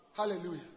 hallelujah